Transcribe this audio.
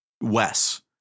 Wes